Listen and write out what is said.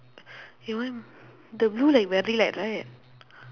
he wear the blue like very light right